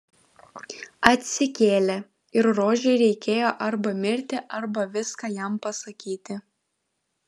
atsikėlė ir rožei reikėjo arba mirti arba viską jam pasakyti